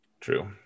True